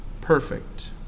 perfect